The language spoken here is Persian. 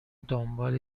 دنبال